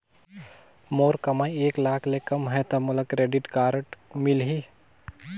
मोर कमाई एक लाख ले कम है ता मोला क्रेडिट कारड मिल ही?